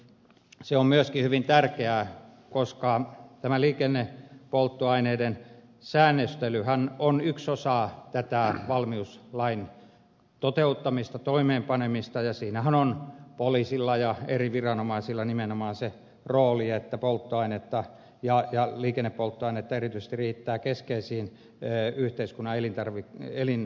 se on myöskin hyvin tärkeää koska liikennepolttoaineiden säännöstelyhän on yksi osa valmiuslain toteuttamista toimeenpanemista ja siinähän on poliisilla ja muilla viranomaisilla nimenomaan se rooli että polttoainetta ja erityisesti liikennepolttoainetta riittää yhteiskunnan keskeisiin elintärkeisiin kuljetuksiin